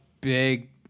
big